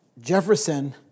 Jefferson